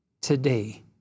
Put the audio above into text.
today